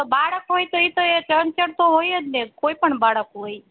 તો બાળક હોય તો એ તો એ ચંચળ તો હોય જ ને કોઈ પણ બાળક હોય